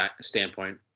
standpoint